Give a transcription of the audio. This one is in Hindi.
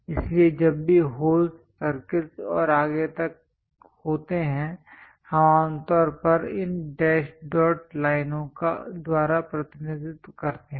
इसलिए जब भी होल्स सर्कलस् और आगे तक होते हैं हम आमतौर पर इन डैश डॉट लाइनों द्वारा प्रतिनिधित्व करते हैं